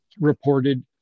reported